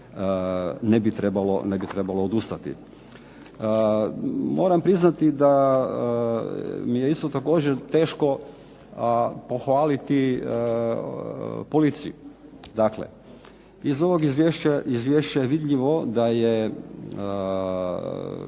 ne bi trebalo odustati. Moram priznati da mi je isto također teško pohvaliti policiju. Dakle, iz ovog izvješća je vidljivo da je